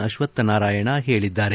ಅಶ್ವತ್ ನಾರಾಯಣ ಹೇಳಿದ್ದಾರೆ